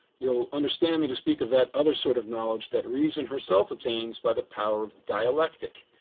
you'll understand me to speak of that other sort of knowledge that reason herself attains by the power of dialectic,